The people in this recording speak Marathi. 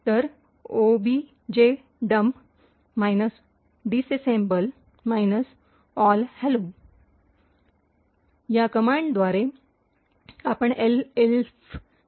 तर objdump - disassemble - all hello hello